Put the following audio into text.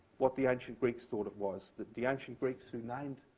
what the ancient greeks thought it was. the the ancient greeks who named